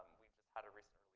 we just had a recent